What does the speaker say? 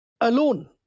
alone